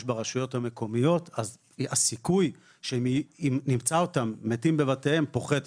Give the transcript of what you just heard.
ברשויות המקומיות אז הסיכוי שנמצא אותם מתים בבתיהם פוחת,